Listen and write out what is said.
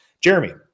Jeremy